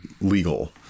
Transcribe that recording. legal